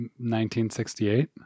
1968